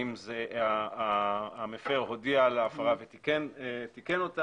האם המפר הודיע על ההפרה ותיקן אותה,